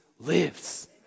lives